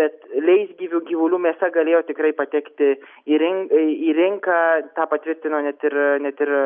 bet leisgyvių gyvulių mėsa galėjo tikrai patekti į rin į rinką tą patvirtino net ir net ir